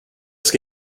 ska